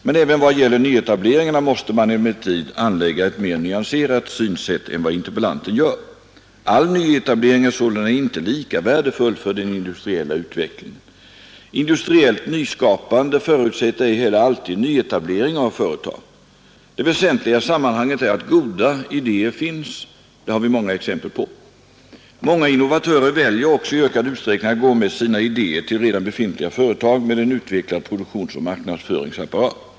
Men även vad gäller nyetableringarna måste man emellertid anlägga ett mer nyanserat synsätt än vad interpellanten gör. All nyetablering är sålunda inte lika värdefull för den industriella utvecklingen. Industriellt nyskapande förutsätter ej heller alltid nyetablering av företag. Det väsentliga i sammanhanget är att goda idéer finns, det har vi många exempel på. Många innovatörer väljer också i ökad utsträckning att gå med sina idéer till redan befintliga företag med en utvecklad produktionsoch marknadsföringsapparat.